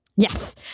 Yes